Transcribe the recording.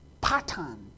Pattern